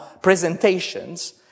presentations